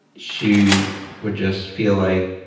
she would just feel like